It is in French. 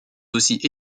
aussi